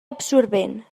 absorbent